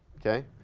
okay?